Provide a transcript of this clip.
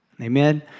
Amen